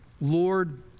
Lord